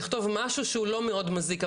לכתוב משהו שהוא לא מאוד מזיק,